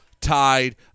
tied